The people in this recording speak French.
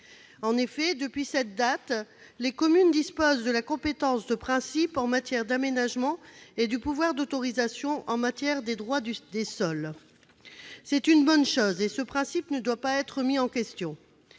En effet, depuis cette date, les communes disposent de la compétence de principe en matière d'aménagement, et du pouvoir d'autorisation en matière de droit des sols. C'est une bonne chose et ce principe ne doit pas être remis en question.